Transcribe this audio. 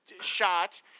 shot